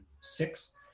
six